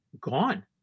gone